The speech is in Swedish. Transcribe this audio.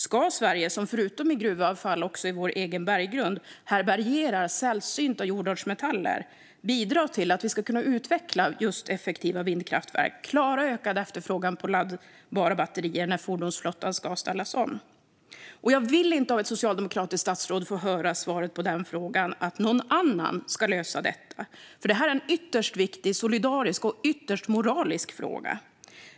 Ska Sverige, som förutom i gruvavfall härbärgerar sällsynta jordartsmetaller i berggrunden, bidra till att vi ska kunna utveckla just effektiva vindkraftverk och klara ökad efterfrågan på laddbara batterier när fordonsflottan ska ställas om? Jag vill inte av ett socialdemokratiskt statsråd få höra att svaret på den frågan är att någon annan ska lösa detta, för det är en ytterst viktig solidarisk och moralisk fråga.